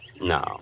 No